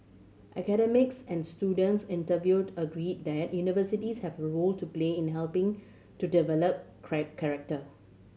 academics and students interviewed agreed that universities have role to play in helping to develop character